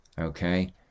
Okay